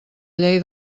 llei